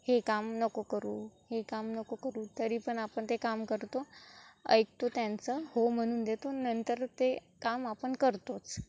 हे काम नको करू हे काम नको करू तरी पण आपण ते काम करतो ऐकतो त्यांचं हो म्हणून देतो नंतर ते काम आपण करतोच